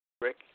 Rick